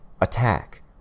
Attack